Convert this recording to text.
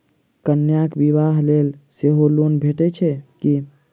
कन्याक बियाह लेल सेहो लोन भेटैत छैक की?